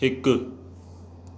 हिकु